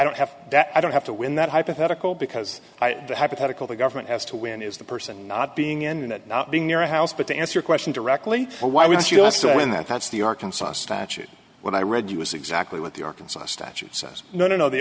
don't have that i don't have to win that hypothetical because the hypothetical the government has to win is the person not being in that not being near a house but to answer your question directly why would you also in that that's the arkansas statute when i read you is exactly what the arkansas statute says no no no the